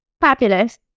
fabulous